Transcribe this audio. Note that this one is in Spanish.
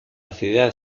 ciudad